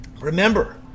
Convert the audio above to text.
Remember